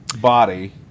body